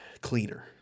cleaner